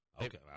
Okay